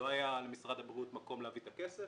לא היה למשרד הבריאות מקום להביא את הכסף